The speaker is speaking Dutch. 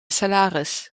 salaris